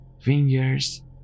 fingers